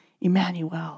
Emmanuel